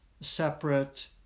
separate